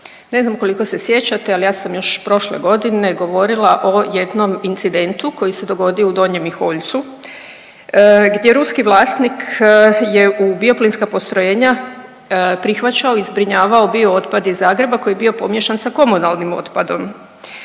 Ne znam koliko se sjećate, ali ja sam još prošle godine govorila o jednom incidentu koji se dogodio u Donjem Miholjcu gdje ruski vlasnik je u bio plinska postrojenja prihvaćao i zbrinjavao bio otpad iz Zagreba koji je bio pomiješan sa komunalnim otpadom